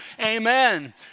amen